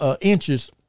inches